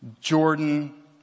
Jordan